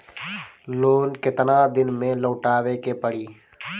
Loan केतना दिन में लौटावे के पड़ी?